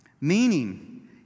Meaning